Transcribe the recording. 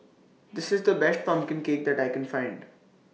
This IS The Best Pumpkin Cake that I Can Find